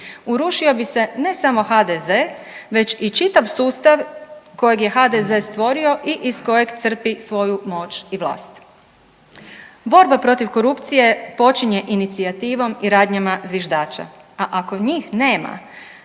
urušio bi se ne samo HDZ već i čitav sustav kojeg je HDZ stvorio i iz kojeg crpi svoju moć i vlast. Borba protiv korupcije počinje inicijativom i radnjama zviždača, a ako njih nema,